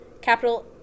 capital